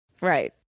Right